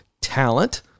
Talent